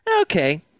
okay